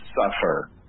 suffer